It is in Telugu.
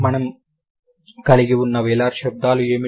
మనం కలిగి ఉన్న వేలార్ శబ్దాలు ఏమిటి